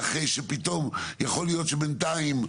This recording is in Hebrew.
ואחרי שפתאום יכול להיות שבינתיים,